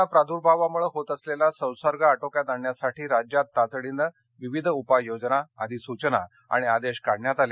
corona प्राद्भावामुळे होत असलेला संसर्ग आर्फियात आणण्यासाठी राज्यात तातडीनं विविध उपाययोजना अधिसुचना आणि आदेश काढण्यात आले